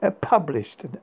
Published